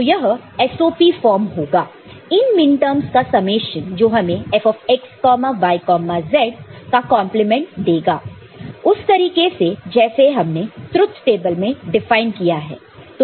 तो यह SOP form होगा इन मिनटर्म्स का समेशन जो हमें F x y z का कंप्लीमेंट देगा उस तरीके से जैसे हमने ट्रुथ टेबल में डिफाइन किया है